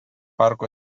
parko